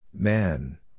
Man